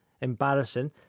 embarrassing